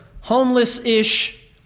homeless-ish